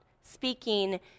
speaking